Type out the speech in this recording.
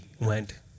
went